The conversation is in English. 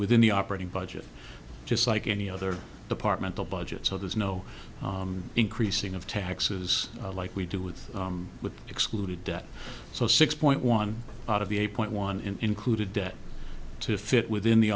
within the operating budget just like any other departmental budgets so there's no increasing of taxes like we do with with the excluded debt so six point one out of the eight point one in included debt to fit within the